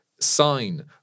sign